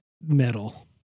metal